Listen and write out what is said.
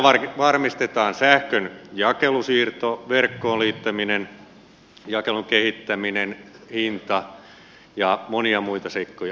tällä varmistetaan sähkön jakelu siirto verkkoon liittäminen jakelun kehittäminen hinta ja monia muita seikkoja